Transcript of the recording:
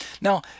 Now